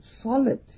solid